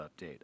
update